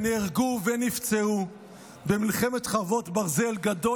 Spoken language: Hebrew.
שנהרגו ונפצעו במלחמת חרבות ברזל גדול